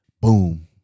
boom